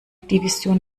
division